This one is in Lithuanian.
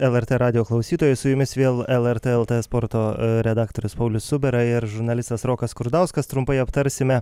lrt radijo klausytojai su jumis vėl lrt lt sporto redaktorius paulius cubera ir žurnalistas rokas skurdauskas trumpai aptarsime